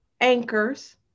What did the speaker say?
anchors